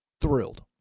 Thrilled